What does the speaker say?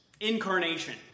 incarnation